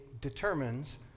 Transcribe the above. determines